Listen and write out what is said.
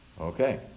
Okay